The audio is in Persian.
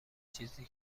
چیزی